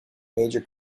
major